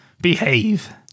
Behave